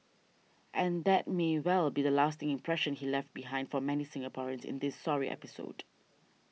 and that may well be the lasting impression he left behind for many Singaporeans in this sorry episode